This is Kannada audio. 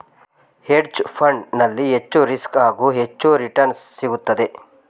ಹೆಡ್ಜ್ ಫಂಡ್ ನಲ್ಲಿ ಹೆಚ್ಚು ರಿಸ್ಕ್, ಹಾಗೂ ಹೆಚ್ಚು ರಿಟರ್ನ್ಸ್ ಸಿಗುತ್ತದೆ